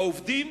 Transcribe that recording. העובדים